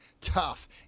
tough